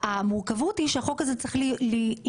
המורכבות היא שהחוק הזה צריך להתפצל.